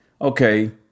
Okay